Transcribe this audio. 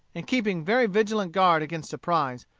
and keeping very vigilant guard against surprise,